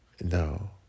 No